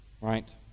right